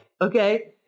Okay